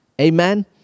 Amen